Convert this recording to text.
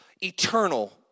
eternal